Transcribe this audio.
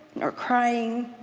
nor crying,